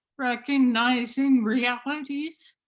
recognizing realities.